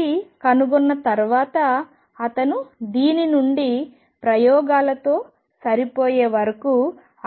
ఇది కనుగొన్న తర్వాత అతను దీని నుండి ప్రయోగాలతో సరిపోయే వరకు